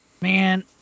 Man